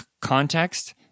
context